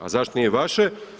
A zašto nije vaše?